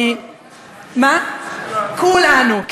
כולנו.